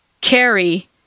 carry